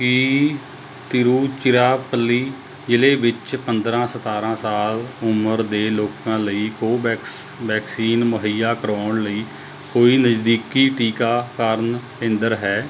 ਕੀ ਤਿਰੁਚਿਰਾਪੱਲੀ ਜ਼ਿਲ੍ਹੇ ਵਿੱਚ ਪੰਦਰਾਂ ਸਤਾਰਾਂ ਸਾਲ ਉਮਰ ਦੇ ਲੋਕਾਂ ਲਈ ਕੋਵੈਕਸ ਵੈਕਸੀਨ ਮੁਹੱਈਆ ਕਰਵਾਉਣ ਲਈ ਕੋਈ ਨਜ਼ਦੀਕੀ ਟੀਕਾਕਰਨ ਕੇਂਦਰ ਹੈ